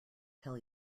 tell